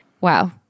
Wow